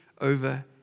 over